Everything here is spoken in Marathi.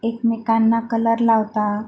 एकमेकांना कलर लावतात